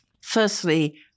Firstly